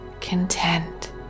content